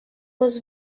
was